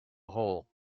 hole